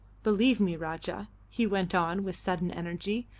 believe me, rajah, he went on, with sudden energy,